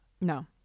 No